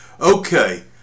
Okay